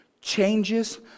changes